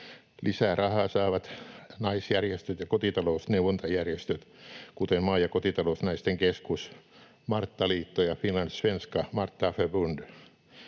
Lisää rahaa saavat naisjärjestöt ja kotitalousneuvontajärjestöt, kuten Maa- ja kotitalousnaisten Keskus, Marttaliitto ja Finlands svenska Marthaförbund.